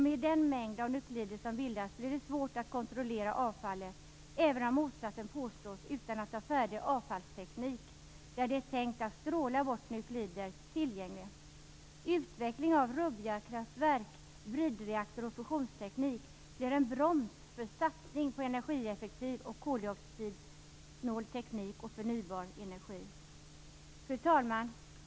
Med den mängd av nuklider som bildas blir det svårt att kontrollera avfallet, även om motsatsen påstås, utan att ha färdig avfallsteknik tillgänglig där det är tänkt att stråla bort nuklider. Utveckling av Rubbiakraftverk, bridreaktorer och fusionsteknik blir en broms för satsning på energieffektiv och koldioxidsnål teknik och förnybar energi. Fru talman!